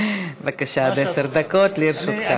בבקשה, עד עשר דקות לרשותך.